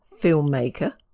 filmmaker